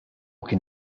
kien